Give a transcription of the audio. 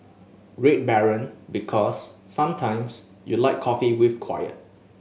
Red Baron Because sometimes you like coffee with quiet